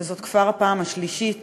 וזאת כבר הפעם השלישית